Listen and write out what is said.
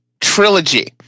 trilogy